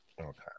Okay